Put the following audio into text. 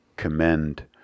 commend